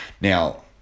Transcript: Now